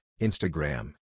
Instagram